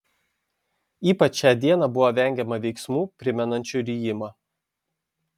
ypač šią dieną buvo vengiama veiksmų primenančių rijimą